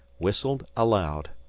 whistled aloud.